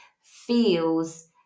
feels